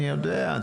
אני יודע.